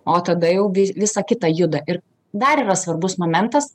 o tada jau visa kita juda ir dar yra svarbus momentas